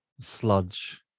sludge